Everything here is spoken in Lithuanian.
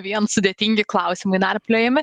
vien sudėtingi klausimai narpliojami